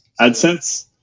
AdSense